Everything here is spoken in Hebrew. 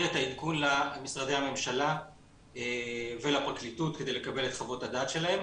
את העדכון למשרדי הממשלה ולפרקליטות כדי לקבל את חוות הדעת שלהם.